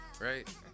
Right